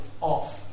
off